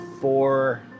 four